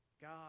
God